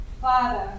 Father